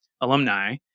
alumni